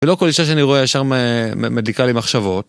ולא כל אישה שאני רואה ישר מדליקה לי מחשבות.